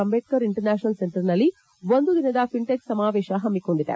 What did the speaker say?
Ambedkar international ಸೆಂಟರ್ನಲ್ಲಿ ಒಂದು ದಿನದ ಫಿನ್ ಟೆಕ್ ಸಮಾವೇಶ ಹಮ್ಸಿಕೊಂಡಿದೆ